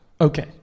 Okay